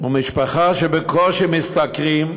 ומשפחה שבקושי משתכרת,